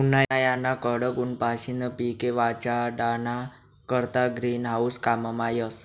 उन्हायाना कडक ऊनपाशीन पिके वाचाडाना करता ग्रीन हाऊस काममा येस